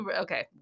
okay